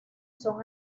son